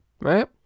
right